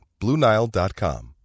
BlueNile.com